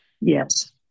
Yes